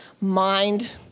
mind